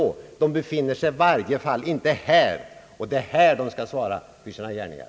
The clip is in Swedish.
Ja, de befinner sig i varje fall inte här. Och det är här de skall svara för sina gärningar.